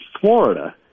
Florida